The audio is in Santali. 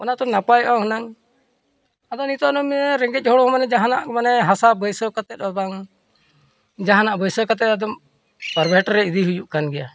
ᱚᱱᱟᱛᱮ ᱱᱟᱯᱟᱭᱚᱜᱼᱟ ᱦᱩᱱᱟᱹᱝ ᱟᱫᱚ ᱱᱤᱛᱚᱜ ᱚᱱᱟ ᱨᱮᱸᱜᱮᱡ ᱦᱚᱲ ᱦᱚᱸ ᱢᱟᱱᱮ ᱡᱟᱦᱟᱱᱟᱜ ᱢᱟᱱᱮ ᱦᱟᱥᱟ ᱵᱟᱹᱭᱥᱟᱹᱣ ᱠᱟᱛᱮᱫ ᱦᱚᱸ ᱵᱟᱝ ᱡᱟᱦᱟᱱᱟᱜ ᱵᱟᱹᱭᱥᱟᱹᱣ ᱠᱟᱛᱮᱫ ᱟᱫᱚᱢ ᱯᱨᱟᱭᱵᱷᱮᱹᱴ ᱨᱮ ᱤᱫᱤ ᱦᱩᱭᱩᱜ ᱠᱟᱱ ᱜᱮᱭᱟ